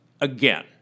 again